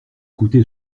coûté